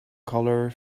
colour